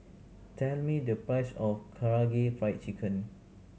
tell me the price of Karaage Fried Chicken